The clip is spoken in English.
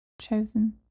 chosen